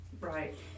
right